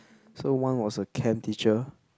so one was a chem teacher